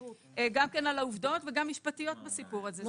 גם כן על העובדות וגם משפטיות בסיפור הזה.